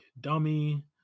Dummy